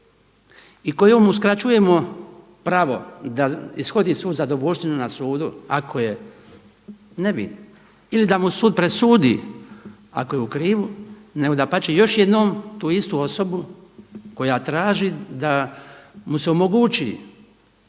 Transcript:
i kojem uskraćujemo pravo da ishodi svu zadovoljštinu na sudu ako je nevin ili da mu sud presudi ako je u krivu, nego dapače još jednom tu istu osobu koja traži da mu se omogući